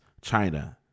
China